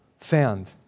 found